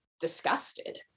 disgusted